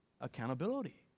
Accountability